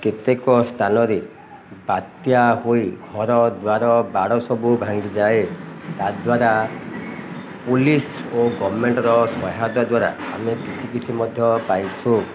କେତେକ ସ୍ଥାନରେ ବାତ୍ୟା ହୋଇ ଘରଦ୍ୱାର ବାଡ଼ ସବୁ ଭାଙ୍ଗିଯାଏ ତାଦ୍ୱାରା ପୋଲିସ୍ ଓ ଗମେଣ୍ଟ୍ର ସହାୟତା ଦ୍ୱାରା ଆମେ କିଛି କିଛି ମଧ୍ୟ ପାଇଛୁ